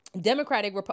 Democratic